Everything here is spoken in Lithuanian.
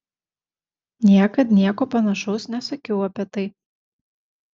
niekad nieko panašaus nesakiau apie tai